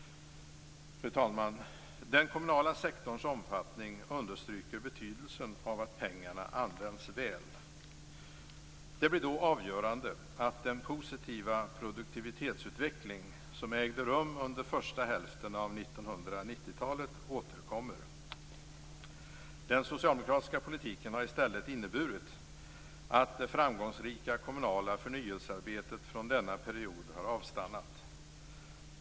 Fru talman! Den kommunala sektorns omfattning understryker betydelsen av att pengarna används väl. Det blir då avgörande att den positiva produktivitetsutveckling som ägde rum under första hälften av 1990-talet återkommer. Den socialdemokratiska politiken har i stället inneburit att det framgångsrika kommunala förnyelsearbetet från denna period har avstannat.